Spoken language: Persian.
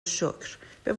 شکر، به